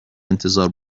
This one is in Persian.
انتظار